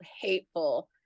hateful